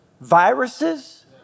viruses